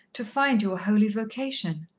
to find your holy vocation.